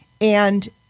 and-